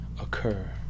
occur